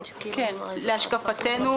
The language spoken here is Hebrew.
להשקפתנו,